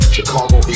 Chicago